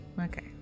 Okay